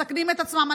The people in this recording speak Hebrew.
מסכנים את עצמם.